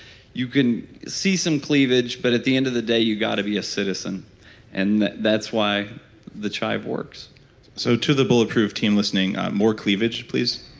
you can see some cleavage but at the end of the day you got to be a citizen and that's why thechive works so to the bulletproof team listening, more cleavage please